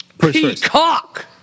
Peacock